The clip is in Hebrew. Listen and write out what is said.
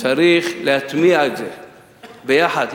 צריך להטמיע את זה, יחד.